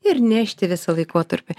ir nešti visą laikotarpį